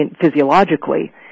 physiologically